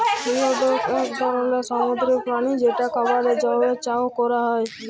geoduck এক ধরলের সামুদ্রিক প্রাণী যেটা খাবারের জন্হে চাএ ক্যরা হ্যয়ে